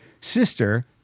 sister